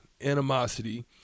animosity